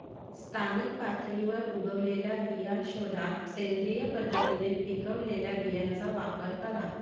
स्थानिक पातळीवर उगवलेल्या बिया शोधा, सेंद्रिय पद्धतीने पिकवलेल्या बियांचा वापर करा